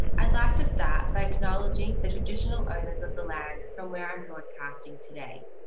i'd like to start by acknowledging the traditional owners of the lands from where i'm broadcasting today,